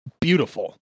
beautiful